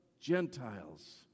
Gentiles